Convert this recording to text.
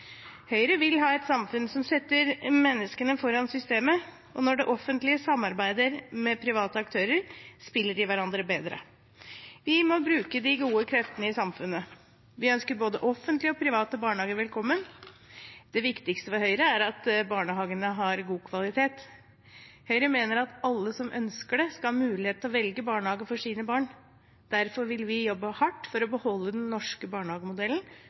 Høyre vil ha et samfunn som setter menneskene foran systemet. Når det offentlige samarbeider med private aktører, spiller de hverandre bedre. Vi må bruke de gode kreftene i samfunnet. Vi ønsker både offentlige og private barnehager velkommen. Det viktigste for Høyre er at barnehagene har god kvalitet. Høyre mener at alle som ønsker det, skal ha mulighet til å velge barnehage for sine barn. Derfor vil vi jobbe hardt for å beholde den norske barnehagemodellen,